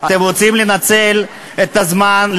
אתם רוצים לנצל את הזמן,